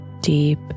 deep